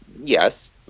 yes